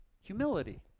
humility